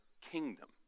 kingdom